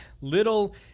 little